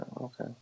okay